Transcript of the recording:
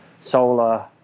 solar